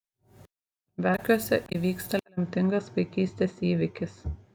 verkiuose įvyksta lemtingas vaikystės įvykis